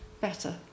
better